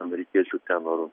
amerikiečių tenoru